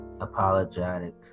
Apologetic